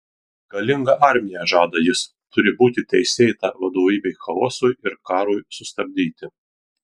galinga armija žada jis turi būti teisėta vadovybė chaosui ir karui sustabdyti